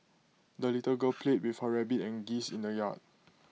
the little girl played with her rabbit and geese in the yard